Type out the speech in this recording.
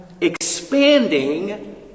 expanding